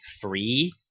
three